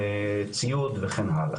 לציוד וכן הלאה,